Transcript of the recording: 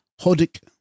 Hodic